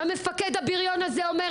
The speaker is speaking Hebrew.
המפקד הבריון הזה אומר,